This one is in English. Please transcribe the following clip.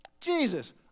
Jesus